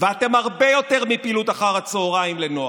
ואתם הרבה יותר מפעילות אחר הצוהריים לנוער.